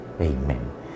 Amen